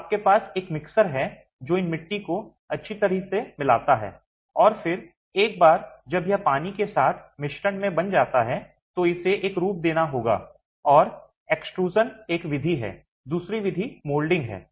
तो आपके पास एक मिक्सर है जो इन मिट्टी को अच्छी तरह से मिलाता है और फिर एक बार जब यह पानी के साथ मिश्रण में बन जाता है तो इसे एक रूप देना होगा और एक्सट्रूज़न एक विधि है दूसरी विधि मोल्डिंग है